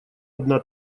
одна